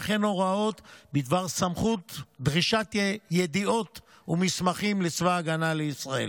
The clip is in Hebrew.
וכן הוראות בדבר סמכות דרישת ידיעות ומסמכים לצבא ההגנה לישראל.